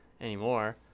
anymore